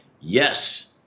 yes